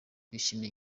bishimira